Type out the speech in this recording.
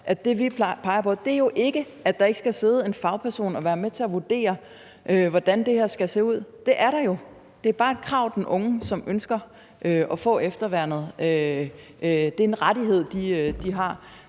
det, vi peger på, jo ikke er, at der ikke skal sidde en fagperson og være med til at vurdere, hvordan det her skal se ud. Det skal der jo. Det er bare en rettighed, som den unge, som ønsker at få efterværnet, har. Så derfor er der